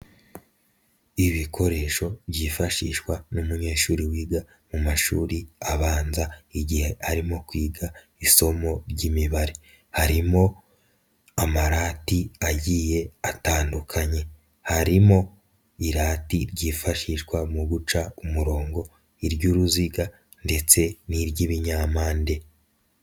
Ibikoresho byifashishwa n'umunyeshuri wiga mu mashuri abanza igihe arimo kwiga isomo ry'imibare, harimo amarati agiye atandukanye, harimo irati ryifashishwa mu guca umurongo iry'uruziga ndetse n'iry'ibinyampande.